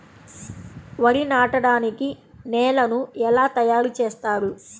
వరి నాటడానికి నేలను ఎలా తయారు చేస్తారు?